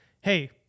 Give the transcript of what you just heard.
Hey